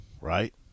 right